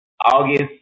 August